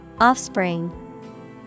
Offspring